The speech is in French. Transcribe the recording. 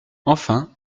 enfin